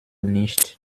nicht